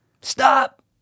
Stop